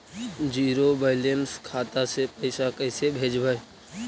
Zero balance खाता से पैसा कैसे भेजबइ?